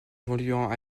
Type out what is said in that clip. évoluant